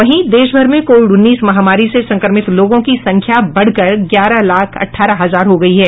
वहीं देश भर में कोविड उन्नीस महामारी से संक्रमित लोगों की संख्या बढ़कर ग्यारह लाख अठारह हजार हो गयी है